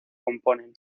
componen